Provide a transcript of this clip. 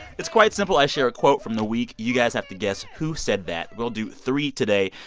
it's quite simple. i share a quote from the week. you guys have to guess who said that. we'll do three today.